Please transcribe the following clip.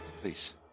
Please